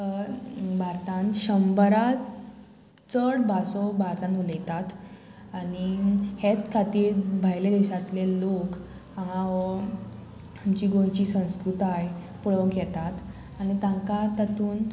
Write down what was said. भारतांत शंबराक चड भासो भारतान उलयतात आनी हेच खातीर भायले देशातले लोक हांगा हो आमची गोंयची संस्कृताय पळोवंक येतात आनी तांकां तातूंत